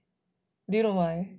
do you know why